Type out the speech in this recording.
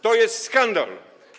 To jest skandal.